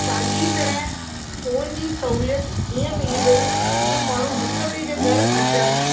साॻी तरह फ़ोन जी सहुलियतु ईअं मिली वई जो माण्हू हिकु ॿिए जे घर अचनि